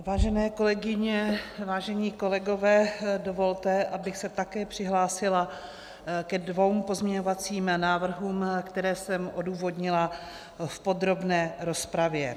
Vážené kolegyně, vážení kolegové, dovolte, abych se také přihlásila ke dvěma pozměňovacím návrhům, které jsem odůvodnila v podrobné rozpravě.